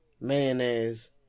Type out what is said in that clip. mayonnaise